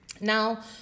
Now